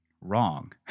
wrong